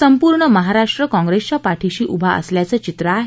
संपूर्ण महाराष्ट्र काँग्रेसच्या पाठीशी उभा असल्याचं चित्र आहे